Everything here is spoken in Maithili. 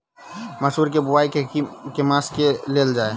मसूर केँ बोवाई केँ के मास मे कैल जाए?